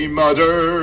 mother